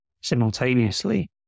simultaneously